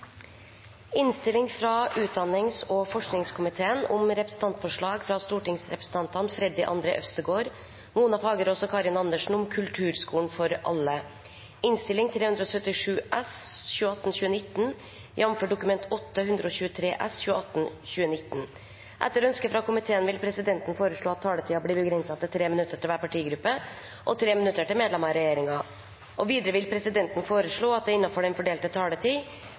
ønske fra utdannings- og forskningskomiteen vil presidenten foreslå at taletiden blir begrenset til 3 minutter til hver partigruppe og 3 minutter til medlemmer av regjeringen. Videre vil presidenten foreslå at det – innenfor den fordelte taletid